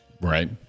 Right